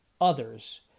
others